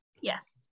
Yes